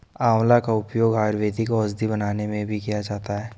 आंवला का उपयोग आयुर्वेदिक औषधि बनाने में भी किया जाता है